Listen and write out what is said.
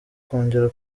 kongera